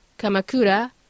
Kamakura